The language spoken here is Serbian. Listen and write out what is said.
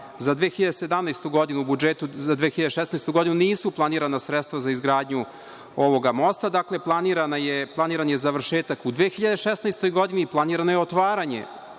za 2016. godinu nisu planirana sredstva za izgradnju ovog mosta, dakle, planiran je završetak u 2016. godini i planirano je otvaranje